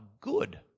good